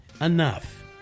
Enough